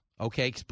okay